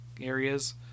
areas